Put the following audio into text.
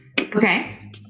Okay